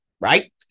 right